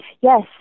Yes